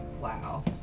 Wow